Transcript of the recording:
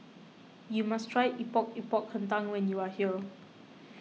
you must try Epok Epok Kentang when you are here